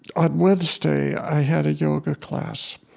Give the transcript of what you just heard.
on wednesday, i had a yoga class.